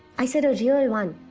i said a real one.